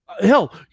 Hell